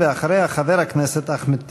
אחריה, חבר הכנסת אחמד טיבי.